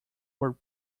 were